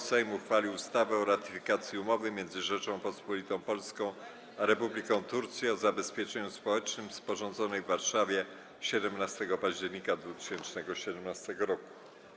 Sejm uchwalił ustawę o ratyfikacji Umowy między Rzecząpospolitą Polską a Republiką Turcji o zabezpieczeniu społecznym, sporządzonej w Warszawie dnia 17 października 2017 r.